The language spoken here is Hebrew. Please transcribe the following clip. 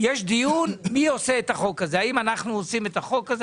יש דיון מי עושה את החוק הזה האם אנחנו עושים את החוק הזה,